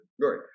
Right